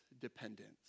dependence